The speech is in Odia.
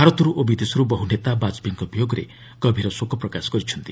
ଭାରତରୁ ଓ ବିଦେଶରୁ ବହୁ ନେତା ବାଜପେୟୀଙ୍କ ବିୟୋଗରେ ଗଭୀର ଶୋକ ପ୍ରକାଶ କରିଛନ୍ତି